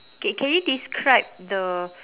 K can you describe the